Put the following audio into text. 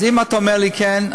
אז אם אתה אומר לי כן,